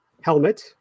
helmet